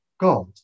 God